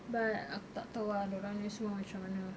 but aku tak tahu dia orang ni semua macam mana